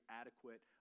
adequate